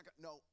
no